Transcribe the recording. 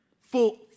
Full